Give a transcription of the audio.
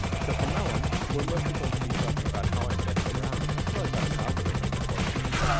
so from now on, we're mostly going to be talking about how i messed around until i got an algorithm that worked for me.